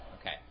Okay